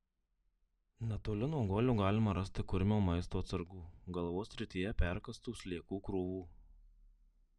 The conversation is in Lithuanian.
netoli nuo guolio galima rasti kurmio maisto atsargų galvos srityje perkąstų sliekų krūvų